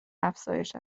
افزایش